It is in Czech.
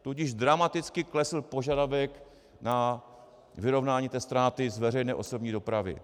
Tudíž dramaticky klesl požadavek na vyrovnání té ztráty z veřejné osobní dopravy.